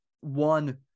one